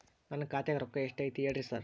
ನನ್ ಖಾತ್ಯಾಗ ರೊಕ್ಕಾ ಎಷ್ಟ್ ಐತಿ ಹೇಳ್ರಿ ಸಾರ್?